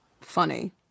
funny